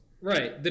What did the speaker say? Right